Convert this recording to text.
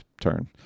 turn